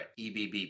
EBB